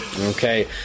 okay